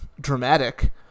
dramatic